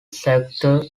sector